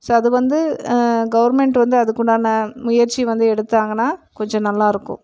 so அது வந்து government வந்து அதுக்குண்டான முயற்சி வந்து எடுத்தாங்கனா கொஞ்சம் நல்லாருக்கும்